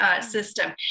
system